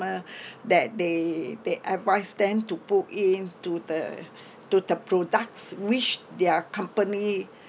that they they advise them to put in to the to the products which their company